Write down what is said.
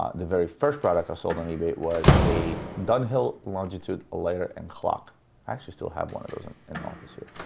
ah the very first product i sold on ebay was a dunhill longitude lighter and clock. i actually still have one of those and in the office here.